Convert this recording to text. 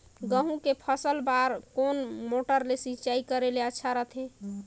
गहूं के फसल बार कोन मोटर ले सिंचाई करे ले अच्छा रथे?